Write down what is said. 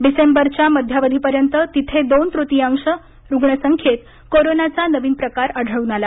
डिसेंबरच्या मध्यावधीपर्यंत तिथे दोन तृतीयांशी रुग्णसंख्येत करोनाचा नवीन प्रकार आढळून आला